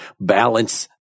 balance